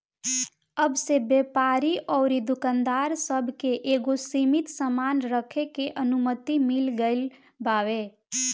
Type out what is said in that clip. अब से व्यापारी अउरी दुकानदार सब के एगो सीमित सामान रखे के अनुमति मिल गईल बावे